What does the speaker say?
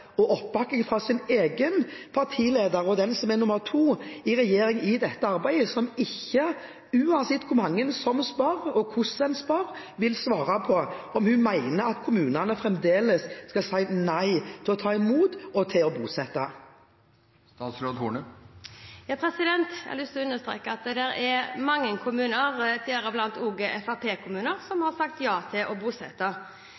og oppbakking fra sin egen partileder og den som er nr. 2 i regjeringen i dette arbeidet, som ikke, uansett hvor mange som spør, og hvordan en spør, vil svare på om hun mener at kommunene fremdeles skal si nei til å ta imot og til å bosette flyktninger? Jeg har lyst til å understreke at det er mange kommuner, deriblant også Fremskrittsparti-kommuner, som har sagt ja til å bosette.